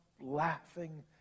laughing